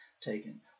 taken